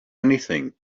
anything